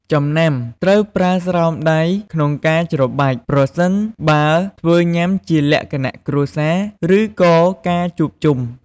ចំណាំ ត្រូវប្រើស្រោមដៃក្នុងការច្របាច់ប្រសិនបើធ្វើញ៉ាំជាលក្ខណៈគ្រួសារ ឬក៏ការជួបជុំ។